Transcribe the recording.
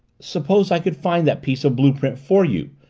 suppose i could find that piece of blue-print for you?